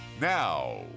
Now